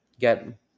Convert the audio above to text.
get